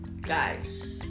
guys